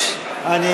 מוותר.